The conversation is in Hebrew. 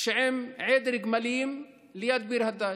עם עדר גמלים ליד ביר הדאג'.